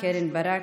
קרן ברק,